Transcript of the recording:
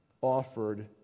offered